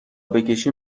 بکشی